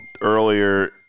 earlier